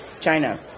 China